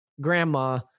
grandma